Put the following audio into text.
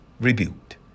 rebuked